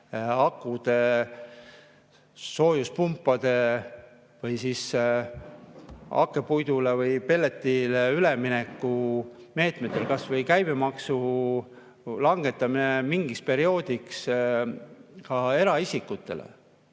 soojuspumpadele või siis hakkepuidule või pelletile üleminekuks meetmena kas või käibemaksu langetamine mingiks perioodiks, et ka eraisikutel